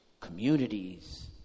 communities